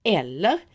eller